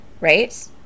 right